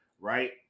right